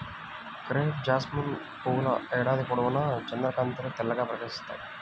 crepe jasmine పువ్వుల ఏడాది పొడవునా చంద్రకాంతిలో తెల్లగా ప్రకాశిస్తాయి